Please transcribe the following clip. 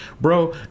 Bro